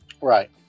Right